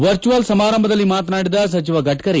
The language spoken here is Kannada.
ವರ್ಜುವಲ್ ಸಮಾರಂಭದಲ್ಲಿ ಮಾತನಾಡಿದ ಸಚಿವ ಗಡ್ಡರಿ